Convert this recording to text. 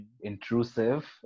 intrusive